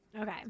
Okay